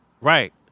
right